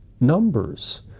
numbers